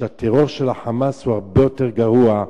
שהטרור של ה"חמאס" הוא הרבה יותר גרוע,